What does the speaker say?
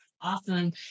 Awesome